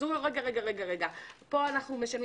אומרים לו: פה אנחנו משלמים,